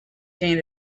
gain